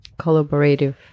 collaborative